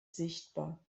sichtbar